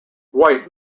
wight